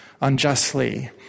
unjustly